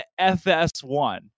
FS1